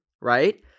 Right